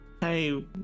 Hey